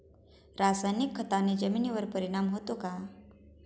रासायनिक खताने जमिनीवर परिणाम होतो का?